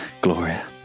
Gloria